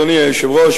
אדוני היושב-ראש,